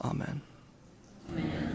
Amen